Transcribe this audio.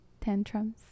tantrums